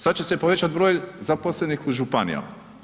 Sad će se povećati broj zaposlenih u županijama.